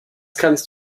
kannst